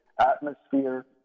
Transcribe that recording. atmosphere